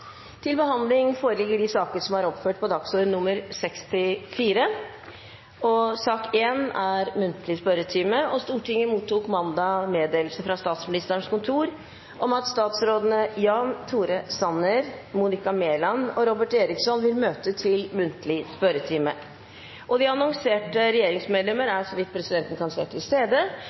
Stortinget mottok mandag meddelelse fra Statsministerens kontor om at statsrådene Jan Tore Sanner, Monica Mæland og Robert Eriksson vil møte til muntlig spørretime. De annonserte regjeringsmedlemmer er, så vidt presidenten kan se, til stede,